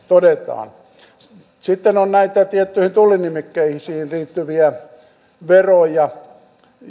todetaan sitten on on näitä tiettyihin tullinimikkeisiin liittyviä veroja